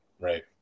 right